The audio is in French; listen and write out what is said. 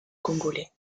congolais